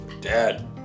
Dad